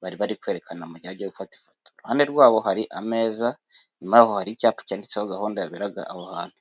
bari bari kwerekana mu gihe cyo gufata ifoto. Iruhande rwabo hari ameza inyuma yaho hari icyapa cyanditseho gahunda yaberaga aho hantu.